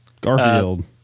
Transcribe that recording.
Garfield